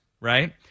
right